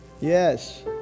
Yes